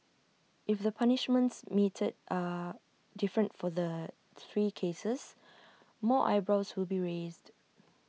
if the punishments meted are different for the three cases more eyebrows would be raised